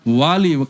wali